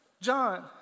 John